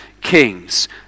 Kings